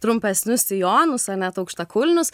trumpesnius sijonus ar net aukštakulnius